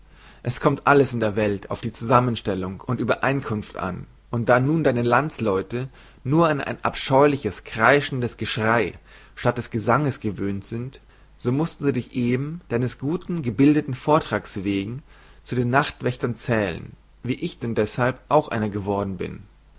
es kommt alles in der welt auf die zusammenstellung und uebereinkunft an und da nun deine landsleute nur an ein abscheuliches kreischendes geschrei statt des gesanges gewöhnt sind so mußten sie dich eben deines guten gebildeten vortrags wegen zu den nachtwächtern zählen wie ich denn deshalb auch einer geworden bin